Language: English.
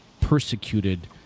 persecuted